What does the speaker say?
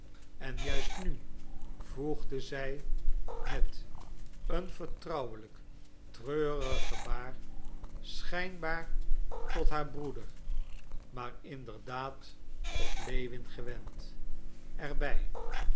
en juist nu voegde zij met een vertrouwelijk treurig gebaar schijnbaar tot haar broeder maar inderdaad tot lewin gewend er